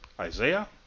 Isaiah